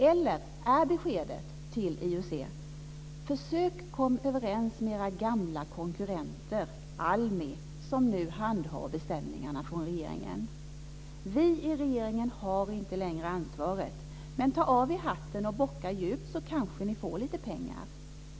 Eller är beskedet till IUC att försöka komma överens med era gamla konkurrenter, ALMI, som nu handhar beställningarna från regeringen? "Vi i regeringen har inte längre ansvaret, men ta av er hatten och bocka djupt får ni kanske pengar."